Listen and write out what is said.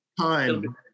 time